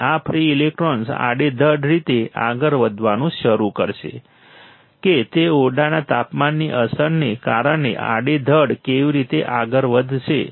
અને આ free electron આડેધડ રીતે આગળ વધવાનું શરૂ કરશે કે તે ઓરડાના તાપમાનની અસરને કારણે આડેધડ કેવી રીતે આગળ વધશે